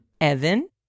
Evan